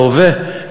בהווה,